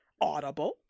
Audible